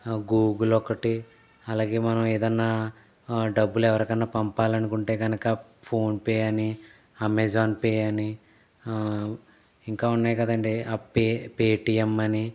Google ఒకటి అలాగే మనం ఏదన్నా డబ్బులు ఎవరికన్నా పంపాలనుకుంటే కనక ఫోన్పే అని అమెజాన్ పే అని ఇంకా ఉన్నాయి కదండీ ఆ పే పేటియం అని